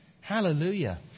Hallelujah